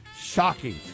shocking